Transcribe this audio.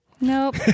nope